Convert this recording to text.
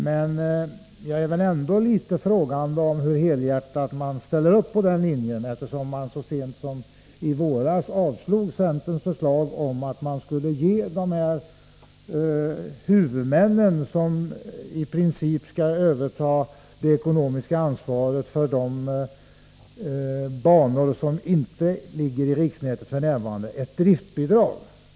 Men jag ställer mig ändå frågan hur helhjärtat socialdemokraterna ansluter sig till den linjen, eftersom de så sent som i våras avslog centerns förslag att man skulle ge de huvudmän som i princip skall överta det ekonomiska ansvaret för de banor som f. n. inte ingår i riksnätet ett driftbidrag.